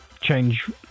change